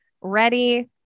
ready